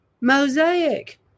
Mosaic